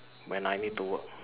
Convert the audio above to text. when I need to work